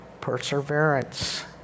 perseverance